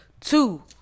Two